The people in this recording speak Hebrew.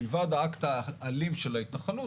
מלבד האקט האלים של ההתנחלות,